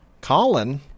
Colin